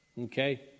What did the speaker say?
Okay